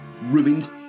ruined